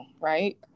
right